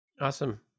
Awesome